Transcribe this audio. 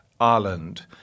Ireland